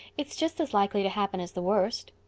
it's just as likely to happen as the worst.